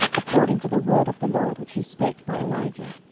according to the word of the lord, which he spake by elijah.